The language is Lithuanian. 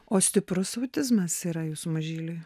o stiprus autizmas yra jūsų mažyliui